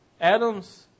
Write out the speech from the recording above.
Adam's